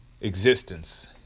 existence